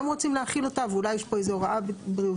רוצים להחיל אותה ואולי יש פה איזה הוראה בריאותית,